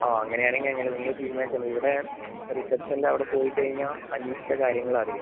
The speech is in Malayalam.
ആ അങ്ങനെ ആണെങ്കിൽ അങ്ങനെ നിങ്ങൾ തീരുമാനിച്ചാൽ മതി ഇവിടെ റിസപ്ഷനിൽ അവിടെ പോയി കഴിഞ്ഞാൽ അന്വേഷിച്ചാൽ കാര്യങ്ങൾ അറിയും